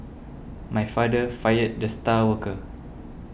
my father fired the star worker